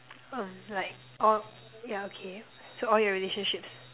oh like all yeah okay so all your relationships